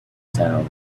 sound